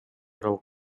аралык